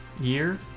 year